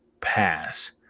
pass